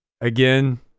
again